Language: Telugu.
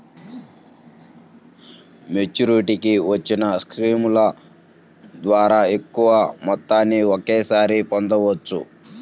మెచ్యూరిటీకి వచ్చిన స్కీముల ద్వారా ఎక్కువ మొత్తాన్ని ఒకేసారి పొందవచ్చు